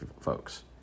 folks